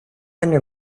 under